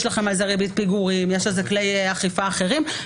יש לכם על זה ריבית פיגורים, יש כלי אכיפה אחרים.